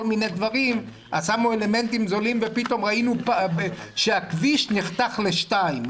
אז שמו אלמנטים זולים וראינו שהכביש נפתח לשניים,